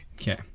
Okay